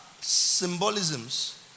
symbolisms